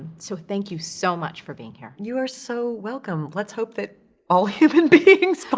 so thank you so much for being here. you are so welcome. let's hope that all human beings but